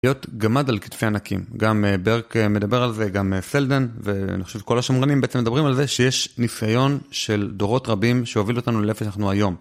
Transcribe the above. להיות גמד על כתפי ענקים, גם ברק מדבר על זה, גם סלדן ואני חושב שכל השמורנים באצם מדברים על זה שיש ניסיון של דורות רבים שהובילו אותנו לאיפה שאנחנו היום.